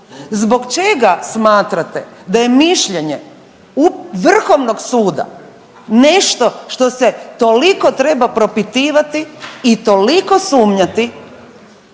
Zbog čega smatrate da je mišljenje vrhovnog suda nešto što se toliko treba propitivati i toliko sumnjati,